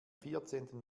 vierzehnten